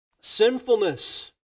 sinfulness